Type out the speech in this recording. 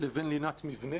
לבין לינת מבנה,